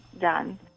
done